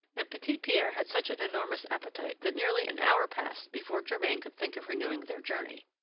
and petit-pierre had such an enormous appetite that nearly an hour passed before germain could think of renewing their journey.